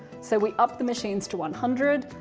so we upped the machines to one hundred.